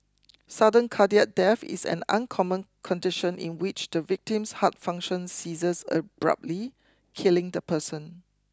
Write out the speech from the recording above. sudden cardiac death is an uncommon condition in which the victim's heart function ceases abruptly killing the person